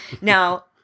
Now